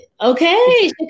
Okay